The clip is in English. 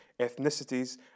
ethnicities